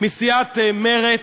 מסיעת מרצ,